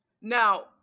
Now